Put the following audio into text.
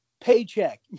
paycheck